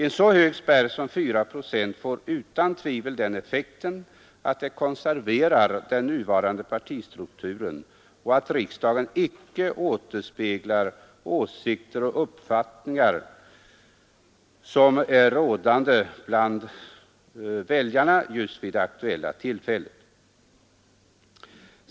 En så hög spärr som 4 procent får utan tvivel effekten att den konserverar den nuvarande partistrukturen, och det medför att riksdagen icke återspeglar de åsikter och uppfattningar som är rådande bland väljarna vid det aktuella tillfället.